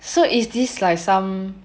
so is this like some